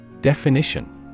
Definition